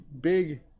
big